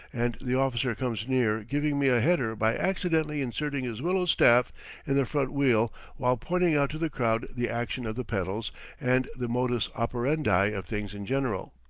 and the officer comes near giving me a header by accidentally inserting his willow staff in the front wheel while pointing out to the crowd the action of the pedals and the modus operandi of things in general.